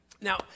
Now